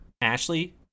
Ashley